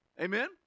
Amen